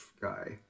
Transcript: guy